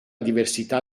diversità